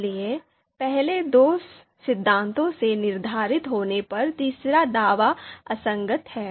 इसलिए पहले दो सिद्धांतों से निर्धारित होने पर तीसरा दावा असंगत है